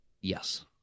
Yes